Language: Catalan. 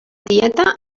tieta